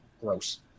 Gross